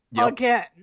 again